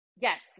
yes